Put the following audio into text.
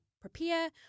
prepare